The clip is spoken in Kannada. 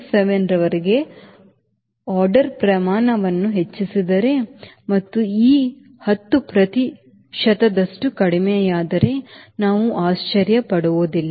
07 ರವರೆಗಿನ ಆರ್ಡರ್ ಪ್ರಮಾಣವನ್ನು ಹೆಚ್ಚಿಸಿದರೆ ಮತ್ತು e 10 ಪ್ರತಿಶತದಷ್ಟು ಕಡಿಮೆಯಾದರೆ ನಾವು ಆಶ್ಚರ್ಯಪಡುವುದಿಲ್ಲ